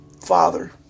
father